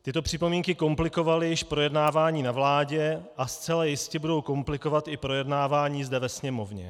Tyto připomínky komplikovaly již projednávání na vládě a zcela jistě budou komplikovat i projednávání zde ve Sněmovně.